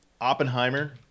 Oppenheimer